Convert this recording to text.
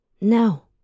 No